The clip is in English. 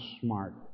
smart